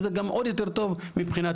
זה גם עוד יותר טוב מבחינתי.